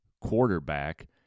quarterback